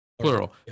plural